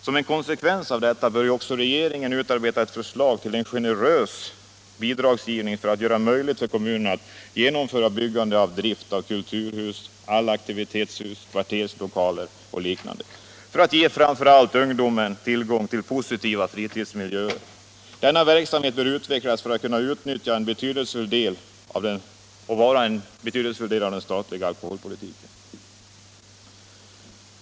Som en konsekvens av detta bör också regeringen utarbeta ett förslag till en generös bidragsgivning för att göra det möjligt för kommunerna att genomföra byggande och drift av kulturhus, allaktivitetshus, kvarterslokaler och liknande för att ge framför allt ungdomen tillgång till positiva fritidsmiljöer. Denna verksamhet bör utvecklas för att kunna utgöra en betydelsefull del av den statliga alkoholpolitiken.